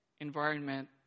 environment